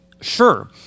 Sure